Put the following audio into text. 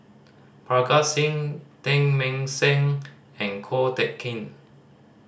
Parga Singh Teng Mah Seng and Ko Teck Kin